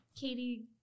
Katie